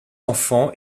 enfants